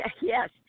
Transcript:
Yes